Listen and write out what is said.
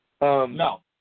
No